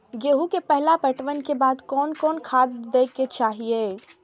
गेहूं के पहला पटवन के बाद कोन कौन खाद दे के चाहिए?